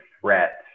threat